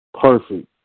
Perfect